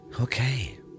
Okay